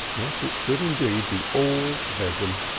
yes, it should, indeed, be all besom.